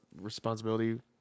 responsibility